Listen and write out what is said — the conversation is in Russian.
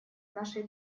нашей